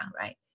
right